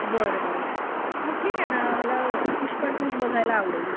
बर बरं मग ठीक आहे ना आम्हाला पुष्पा टूच बघायला आवडेल